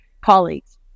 colleagues